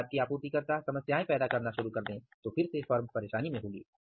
यदि आपके आपूर्तिकर्ता समस्याएं पैदा करना शुरू कर दें तो फिर से फर्म परेशानी में होगी